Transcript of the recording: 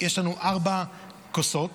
יש לנו ארבע כוסות.